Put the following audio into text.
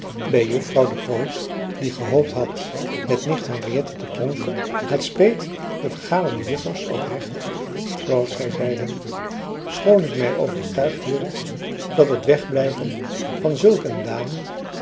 bij juffrouw de groot die gehoopt had met nicht henriette te pronken het speet de vergaderde juffers ook recht zooals zij zeiden schoon ik mij overtuigd hield dat het wegblijven van zulk een dame